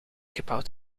gebouwd